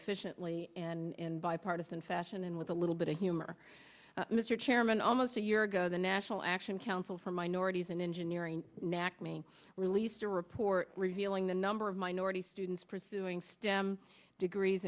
efficiently and bipartisan fashion and with a little bit of humor mr chairman almost a year ago the national action council for minorities and engineering nack me released a report revealing the number of minority students pursuing stem degrees